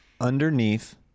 Underneath